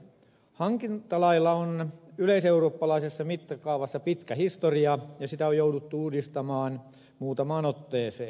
hankintalailla on yleiseurooppalaisessa mittakaavassa pitkä historia ja sitä on jouduttu uudistamaan muutamaan otteeseen